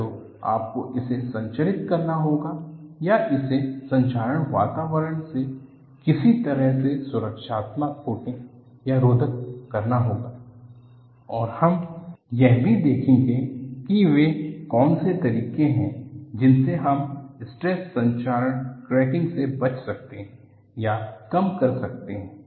या तो आपको इसे संरक्षित करना होगा या इसे संक्षारक वातावरण से किसी तरह की सुरक्षात्मक कोटिंग या रोधन करना होगा और हम यह भी देखेंगे कि वे कौन से तरीके हैं जिनसे हम स्ट्रेस संक्षारण क्रैकिंग से बच सकते हैं या कम कर सकते हैं